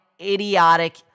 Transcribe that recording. idiotic